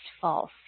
false